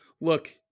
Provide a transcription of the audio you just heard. look